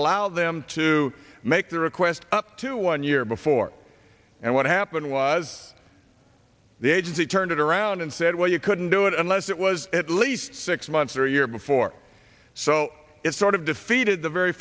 allow them to make the request up to one year before and what happened was the agency turned it around and said well you couldn't do it unless it was at least six months or a year before so it sort of defeated the very